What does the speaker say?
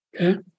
Okay